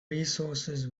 resources